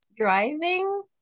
Driving